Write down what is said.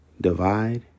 divide